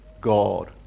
God